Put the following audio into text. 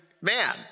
man